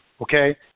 okay